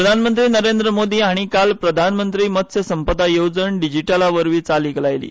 प्रधानमंत्री नरेंद्र मोदी हाणीं काल प्रधानमंत्री मत्स्य संपदा येवजण डीजिटलावरवीं चालीक लायली